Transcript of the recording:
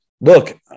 look